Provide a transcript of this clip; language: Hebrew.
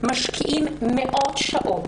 השקיעו מאות שעות,